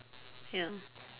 ya